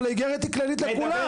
אבל האגרת היא כללית לכולם.